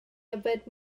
yfed